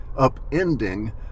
upending